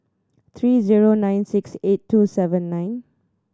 three zero nine six eight two seven nine